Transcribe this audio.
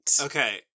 Okay